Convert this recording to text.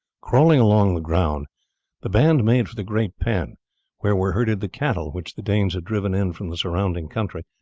crawling along the ground the band made for the great pen where were herded the cattle which the danes had driven in from the surrounding country,